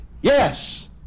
Yes